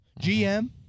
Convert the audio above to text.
GM